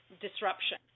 disruption